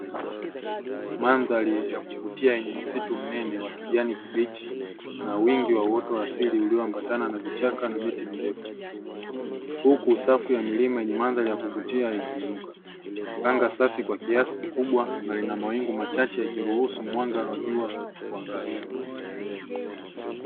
Mandhari ya kuvutia yenye msitu mnene wa kijani kibichi na wingi wa uoto wa asili ulioambatana na vichaka na miti mirefu, huku safu ya milima yenye mandhari ya kuvutia ikiinuka. Anga safi kwa kisasi kikubwa na ina mawingu machache ikiruhusu mwanga wa jua kuangaza.